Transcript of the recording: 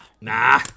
nah